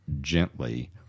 gently